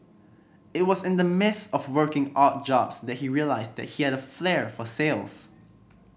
it was in the midst of working odd jobs that he realised that he had a flair for sales